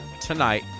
tonight